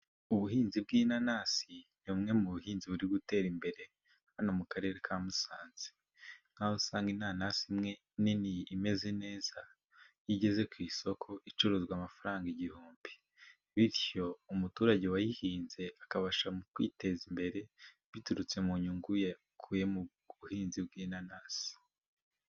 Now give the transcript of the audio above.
Ubuhinzi bw'inanasi, ni bumwe mu buhinzi buri gutera imbere hano mu karere ka Musanze, nk'aho usanga inanasi imwe nini imeze neza iyo igeze ku isoko icuruzwa amafaranga igihumbi, bityo umuturage wayihinze akabasha kwiteza imbere, biturutse mu nyungu yakuye mu buhinzi bw'inanasi.